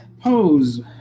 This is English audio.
pose